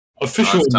Official